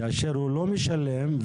כאשר הוא לא משלם,